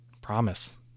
Promise